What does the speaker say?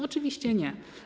Oczywiście nie.